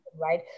right